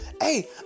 Hey